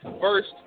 first